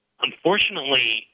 unfortunately